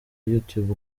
youtube